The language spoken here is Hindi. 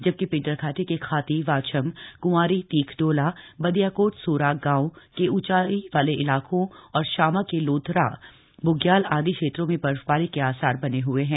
जबकि पिंडर घाटी के खाती वाछम कंवारी तीख डोला बदियाकोट सोराग गांव के ऊंचाई वाले इलाकों और शामा के लोधरा बुग्याल आदि क्षेत्रों में बर्फबारी के आसार बने ह्ए हैं